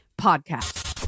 Podcast